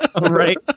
right